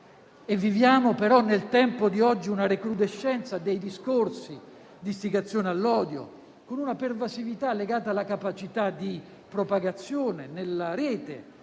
Viviamo - nel tempo di oggi - una recrudescenza dei discorsi di istigazione all'odio, con una pervasività legata alla capacità di propagazione nella rete;